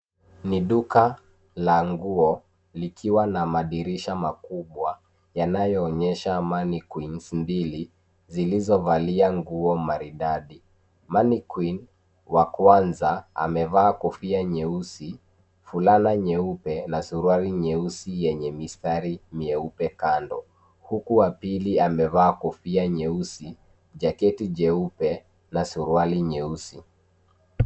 Ni duka la nguo likiwa na madirisha makubwa yanayoonyesha Money Queens mbili zilizovalia nguo maridadi. Money Queen wa kwanza amevaa kofia nyeusi, fulana nyeupe na suruali nyeusi yenye mistari myeupe kando, uku wa pili amevaa kofia nyeusi, jaketi jeupe na suruali nyeusi.